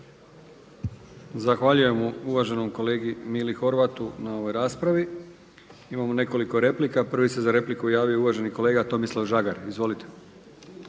Zahvaljujem uvaženoj kolegici Anki Mrak Taritaš na ovoj raspravi. Imamo nekoliko replika. Prvi se za repliku javio uvaženi kolega Tomislav Klarić. Izvolite.